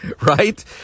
right